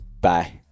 Bye